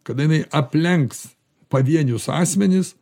kada jinai aplenks pavienius asmenis